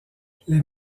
les